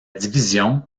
division